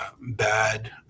bad